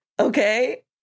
Okay